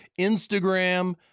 Instagram